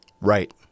Right